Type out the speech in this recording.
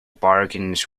bargains